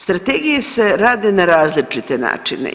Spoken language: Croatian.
Strategije se rade na različite načine.